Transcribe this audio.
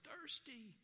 thirsty